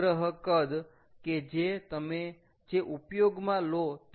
સંગ્રહ કદ કે જે તમે જે ઉપયોગમાં લો તે